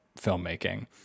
filmmaking